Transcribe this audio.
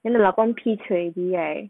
then the 老公劈腿 already right